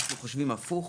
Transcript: אנחנו חושבים הפוך.